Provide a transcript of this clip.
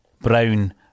Brown